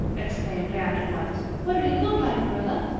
exclaimed anne at once. what did he look like marilla?